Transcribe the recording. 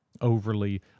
overly